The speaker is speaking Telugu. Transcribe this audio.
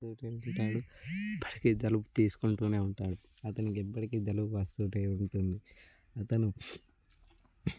ప్రతీ తలుపు తీసుకుంటూనే ఉంటాడు అతనికెప్పటికి జలుబు వస్తూనే ఉంటుంది అతను